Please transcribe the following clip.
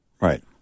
right